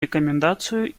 рекомендацию